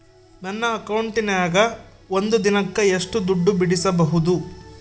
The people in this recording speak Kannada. ನನ್ನ ಅಕೌಂಟಿನ್ಯಾಗ ಒಂದು ದಿನಕ್ಕ ಎಷ್ಟು ದುಡ್ಡು ಬಿಡಿಸಬಹುದು?